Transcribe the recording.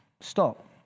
stop